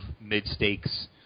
mid-stakes